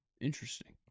Interesting